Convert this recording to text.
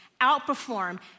outperform